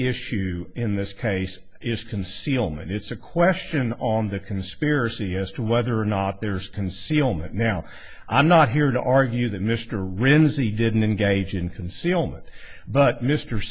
issue in this case is concealment it's a question on the conspiracy yes to whether or not there's concealment now i'm not here to argue that mr rins he didn't engage in concealment but mr